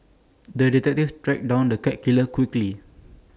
the detective tracked down the cat killer quickly